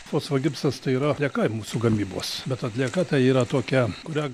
fosfo gipsas tai yra atlieka mūsų gamybos bet atlieka tai yra tokia kurią